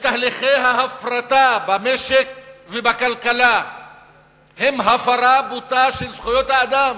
שתהליכי ההפרטה במשק ובכלכלה הם הפרה בוטה של זכויות האדם,